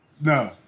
No